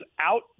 out